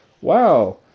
Wow